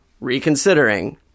reconsidering